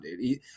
dude